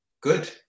Good